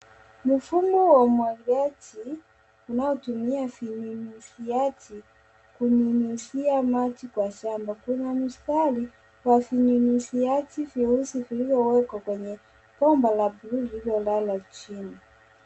Mfumo wa umwagiliaji unaotumia vinyunyuziaji kunyunyuzia maji kwa shamba. Kuna mstari wa vinyunyuziaji vyeusi vilivyowekwa kwenye bomba la bluu lililo lala chini.